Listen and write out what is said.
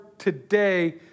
today